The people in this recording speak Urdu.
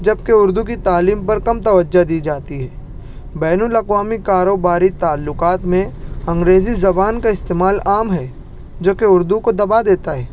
جبکہ اردو کی تعلیم پر کم توجہ دی جاتی ہے بین الاقوامی کاروباری تعلقات میں انگریزی زبان کا استعمال عام ہے جوکہ اردو کو دبا دیتا ہے